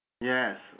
Yes